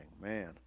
man